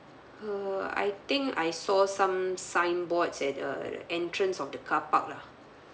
uh I think I saw some signboard at the entrance of the carpark lah